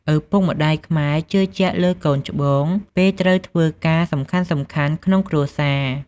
ឪពុកម្តាយខ្មែរជឿជាក់លើកូនច្បង ពេលត្រូវធ្វើការសំខាន់ៗក្នុងគ្រួសារ។